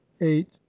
eight